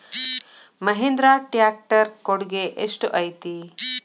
Mahindra tractor ಕೊಡುಗೆ ಎಷ್ಟು ಐತಿ?